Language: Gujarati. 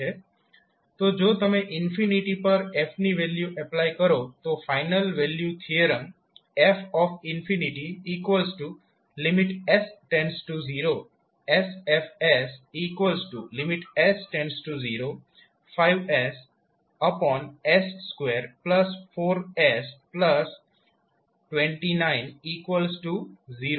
તો જો તમે પર f ની વેલ્યુ એપ્લાય કરો તો final value theorem fs0sF s05ss24s290 થશે